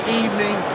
evening